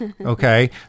Okay